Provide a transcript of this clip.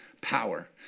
power